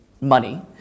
money